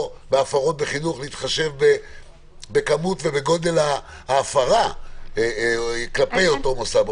או בכמות ובגודל ההפרה באותו מוסד חינוך,